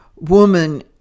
woman